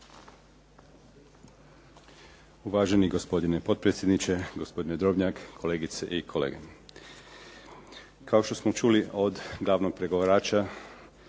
Uvaženi gospodine potpredsjedniče, gospodine Drobnjak, kolegice i kolege. Kao što smo čuli od glavnog pregovarača